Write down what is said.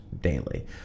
daily